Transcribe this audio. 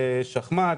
שחמט.